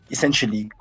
Essentially